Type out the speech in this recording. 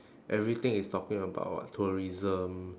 everything is talking about what tourism